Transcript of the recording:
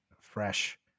Fresh